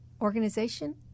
organization